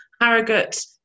Harrogate